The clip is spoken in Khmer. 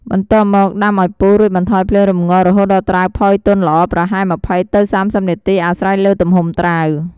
បន្ទាប់មក ដាំឱ្យពុះ រួចបន្ថយភ្លើងរម្ងាស់រហូតដល់ត្រាវផុយទន់ល្អ ប្រហែល ២០ ទៅ ៣០ នាទី អាស្រ័យលើទំហំត្រាវ។